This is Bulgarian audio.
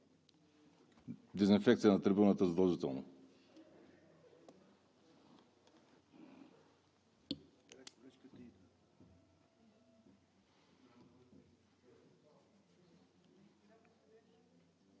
Дезинфекция на трибуната – задължително!